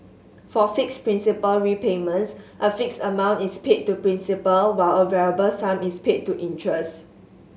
for fixed principal repayments a fixed amount is paid to principal while a variable sum is paid to interest